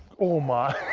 oh, my.